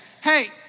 hey